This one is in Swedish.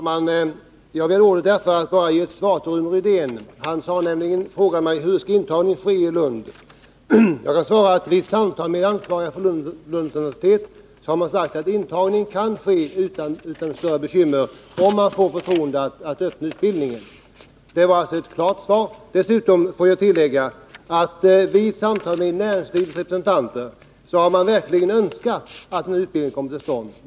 Herr talman! Jag begärde ordet för att ge ett svar till Rune Rydén. Han frågade mig: Hur skall intagningen ske i Lund? Jag kan svara att de ansvariga för Lunds universitet vid samtal har sagt att intagning kan ske utan större bekymmer, om man får förtroendet att starta utbildningen. Det var alltså ett klart svar. Jag vill tillägga att näringslivets representanter vid samtal verkligen förklarat sig önska att den här utbildningen kommer till stånd.